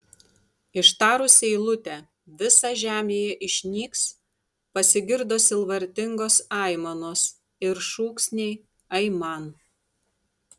ištarus eilutę visa žemėje išnyks pasigirdo sielvartingos aimanos ir šūksniai aiman